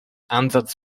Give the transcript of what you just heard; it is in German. ansatz